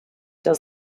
does